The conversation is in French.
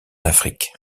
afrique